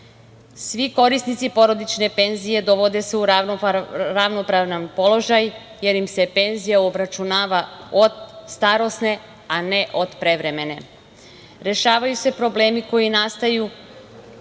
korisnici porodične penzije, dovode se u ravnopravan položaj, jer im se penzija obračunava od starosne, a ne prevremene. Rešavaju se problemi koji nastaju